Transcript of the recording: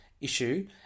issue